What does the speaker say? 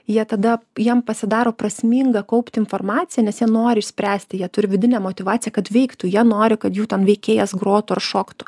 jie tada jam pasidaro prasminga kaupti informaciją nes jie nori išspręsti jie turi vidinę motyvaciją kad veiktų jie nori kad jų ten veikėjas grotų ar šoktų